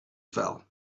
fell